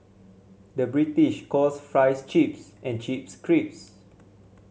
the British calls fries chips and chips crisps